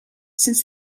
since